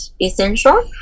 essential